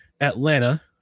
Atlanta